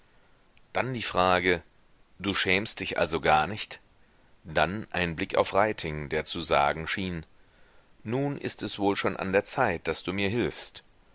dann die frage du schämst dich also gar nicht dann ein blick auf reiting der zu sagen schien nun ist es wohl schon an der zeit daß du mir hilfst